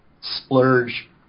splurge